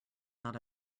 not